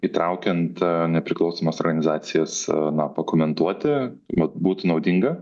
įtraukiant nepriklausomas organizacijas na pakomentuoti vat būtų naudinga